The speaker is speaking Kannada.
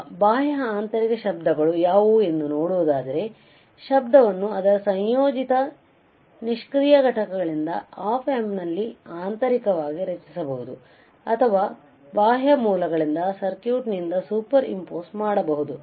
ಈಗ ಬಾಹ್ಯ ಆಂತರಿಕ ಶಬ್ದಗಳು ಯಾವುವು ಎಂದು ನೋಡುವುದಾದರೆ ಶಬ್ದವನ್ನು ಅದರ ಸಂಯೋಜಿತ ನಿಷ್ಕ್ರಿಯ ಘಟಕಗಳಿಂದ ಆಪ್ ಆಂಪ್ ನಲ್ಲಿ ಆಂತರಿಕವಾಗಿ ರಚಿಸಬಹುದು ಅಥವಾ ಬಾಹ್ಯ ಮೂಲಗಳಿಂದ ಸರ್ಕ್ಯೂಟ್ನಿಂದ ಸೂಪರ್ ಇಂಪೋಸ್ ಮಾಡಬಹುದು